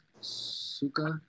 Suka